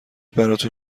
براتون